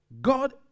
God